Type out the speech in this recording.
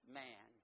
man